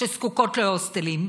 שזקוקות להוסטלים.